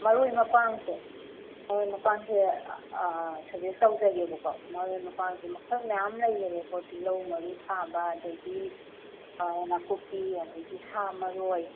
ꯃꯔꯣꯏ ꯃꯄꯥꯡꯁꯦ ꯃꯔꯣꯏ ꯃꯄꯥꯡꯁꯦ ꯁꯖꯦꯁ ꯇꯧꯖꯒꯦꯕꯀꯣ ꯃꯔꯣꯏ ꯃꯄꯥꯡꯁꯦ ꯃꯈꯜ ꯃꯌꯥꯜ ꯂꯩꯈꯔꯦꯀꯣ ꯇꯤꯜꯂꯧ ꯃꯔꯨ ꯊꯥꯕ ꯑꯗꯒꯤ ꯅꯥꯀꯨꯞꯄꯤ ꯑꯗꯒꯤ ꯁꯥ ꯃꯔꯣꯏ